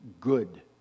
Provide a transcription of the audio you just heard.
good